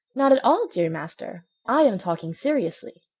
not at all, dear master. i am talking seriously.